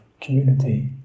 community